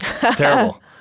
terrible